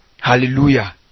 Hallelujah